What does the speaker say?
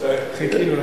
מצטער.